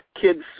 kids